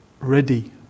ready